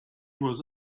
was